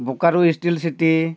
Bokaro steel city